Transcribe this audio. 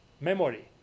memory